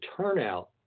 turnout